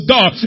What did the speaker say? God